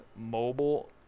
mobile